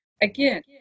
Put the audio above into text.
Again